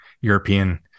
european